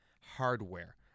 hardware